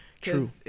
True